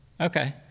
Okay